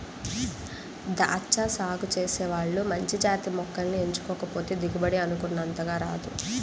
దాచ్చా సాగు చేసే వాళ్ళు మంచి జాతి మొక్కల్ని ఎంచుకోకపోతే దిగుబడి అనుకున్నంతగా రాదు